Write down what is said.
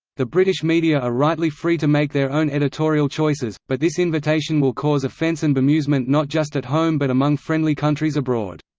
the british media are rightly free to make their own editorial choices, but this invitation will cause offence and bemusement not just at home but among friendly countries abroad.